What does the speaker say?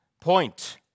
point